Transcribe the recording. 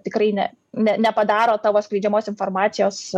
tikrai ne ne nepadaro tavo skleidžiamos informacijos